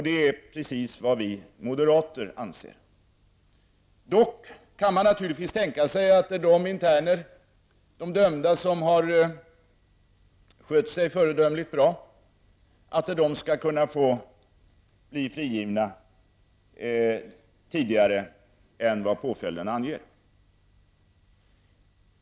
Det är precis vad vi moderater anser. Dock kan man naturligtvis tänka sig att de dömda som har skött sig föredömligt bra skall kunna få bli frigivna tidigare än vad påföljden anger.